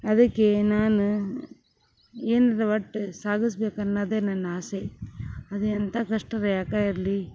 ಅದಕ್ಕೆ ನಾನ ಏನಾರ ಒಟ್ಟು ಸಾಧಿಸ್ಬೇಕು ಅನ್ನೋದೇ ನನ್ನ ಆಸೆ ಅದು ಎಂತ ಕಷ್ಟ ಬೇಕಾರೆ ಇರಲಿ